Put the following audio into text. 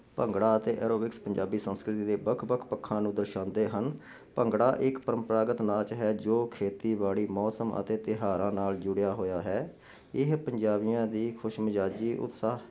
ਭੰਗੜਾ ਅਤੇ ਐਰੋਬਿਕਸ ਪੰਜਾਬੀ ਸੰਸਕ੍ਰਿਤੀ ਦੇ ਵੱਖ ਵੱਖ ਪੱਖਾਂ ਨੂੰ ਦਰਸ਼ਾਉਂਦੇ ਹਨ ਭੰਗੜਾ ਏਕ ਪਰੰਪਰਾਗਤ ਨਾਚ ਹੈ ਜੋ ਖੇਤੀਬਾੜੀ ਮੌਸਮ ਅਤੇ ਤਿਹਾਰਾਂ ਨਾਲ ਜੁੜਿਆ ਹੋਇਆ ਹੈ ਇਹ ਪੰਜਾਬੀਆਂ ਦੀ ਖੁਸ਼ਮਜਾਜੀ ਉਤਸਾਹ